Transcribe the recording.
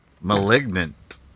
Malignant